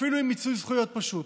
אפילו עם מיצוי זכויות פשוט.